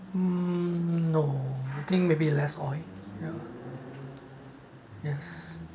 mm no I think maybe less oil ya yes